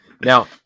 Now